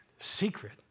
Secret